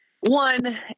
one